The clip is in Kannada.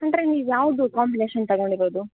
ಅಂದರೆ ನೀವು ಯಾವುದು ಕಾಂಬಿನೇಷನ್ ತಗೊಂಡಿರೋದು